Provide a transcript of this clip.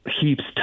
heaps